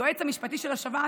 היועץ המשפטי של השב"ס,